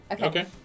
Okay